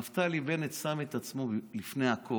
נפתלי בנט שם את עצמו לפני הכול.